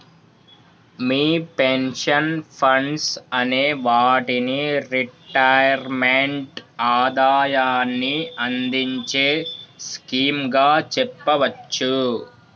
మీ pension funds అనే వాటిని retirement ఆదాయాన్ని అందించే స్కీమ్ గా చెప్పవచ్చు